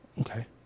Okay